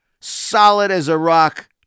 solid-as-a-rock